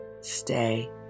Stay